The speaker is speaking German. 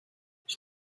ich